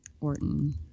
Orton